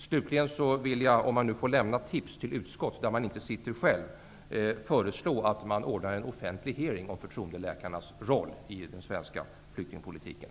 Slutligen vill jag, om man får lämna tips till utskott där man inte själv sitter, föreslå att det skall ordnas en offentlig hearing om förtroendeläkarnas roll i den svenska flyktingpolitiken.